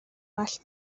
well